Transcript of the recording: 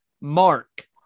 Mark